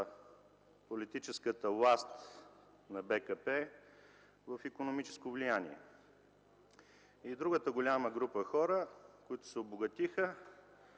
политическата власт на БКП в икономическо влияние. Другата голяма група хора, които се обогатиха,